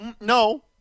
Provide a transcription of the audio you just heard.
No